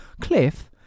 Cliff